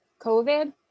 COVID